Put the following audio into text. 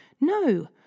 No